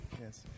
Yes